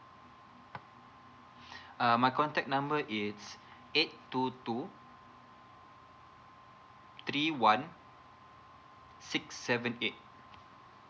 uh my contact number is eight two two three one six seven eight